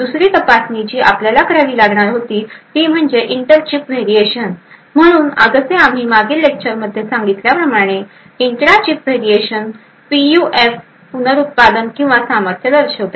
दुसरी तपासणी जी आपल्याला करावी लागणार होती ती म्हणजे इंटर चीप व्हेरिएशन म्हणून जसे आम्ही मागील लेक्चर मध्ये सांगितल्या प्रमाणे इंट्रा चिप व्हेरिएशन पीयूएफची पुनरुत्पादन किंवा सामर्थ्य दर्शवते